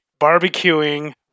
Barbecuing